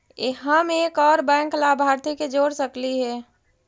हम एक और बैंक लाभार्थी के जोड़ सकली हे?